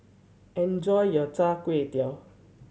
enjoy your chai